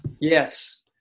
Yes